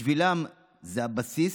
בשבילם זה הבסיס,